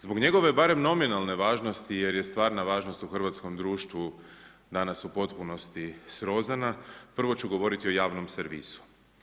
Zbog njegove barem nominalne važnosti jer je stvarna važnost u hrvatskom društvu danas u potpunosti srozana, prvo ću govoriti o javnom servisu.